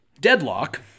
deadlock